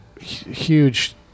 huge